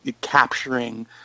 capturing